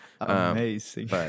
Amazing